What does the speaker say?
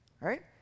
right